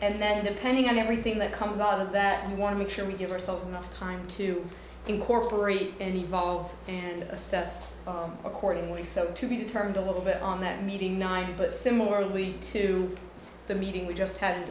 and then depending on everything that comes out of that we want to make sure we give ourselves enough time to incorporate and evolve and assess accordingly so to be turned a little bit on that meeting nine but similarly to the meeting we just had